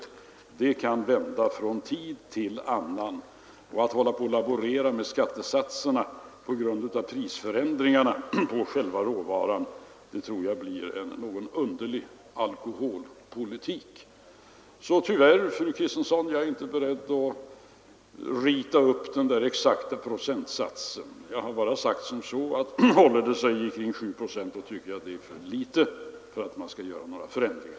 Utvecklingen kan vända från tid till annan, och att hålla på och laborera med skattesatserna på grund av prisförändringar på själva råvaran tror jag blir en något underlig alkoholpolitik. Tyvärr, fru Kristensson, är jag alltså inte beredd att rita ut den där exakta procentsatsen. Jag har bara sagt att håller nedgången sig kring 7 procent, tycker jag att det är för litet för att man skall göra några förändringar.